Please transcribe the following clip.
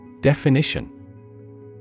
Definition